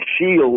shield